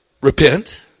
repent